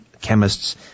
chemists